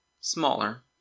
smaller